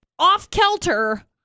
Off-kelter